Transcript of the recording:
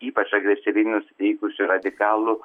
ypač agresyviai nusiteikusių radikalų